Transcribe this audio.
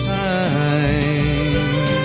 time